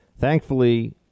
Thankfully